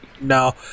No